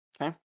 Okay